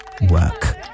work